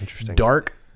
dark